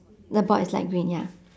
the board is light green ya